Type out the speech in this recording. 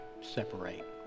separate